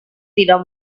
tidak